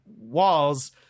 walls